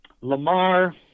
Lamar